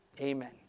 Amen